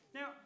Now